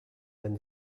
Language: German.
den